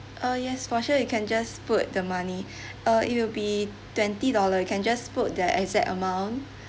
uh yes for sure you can just put the money uh it will be twenty dollar you can just put that exact amount